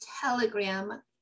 Telegram